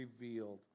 revealed